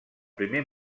primer